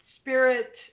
spirit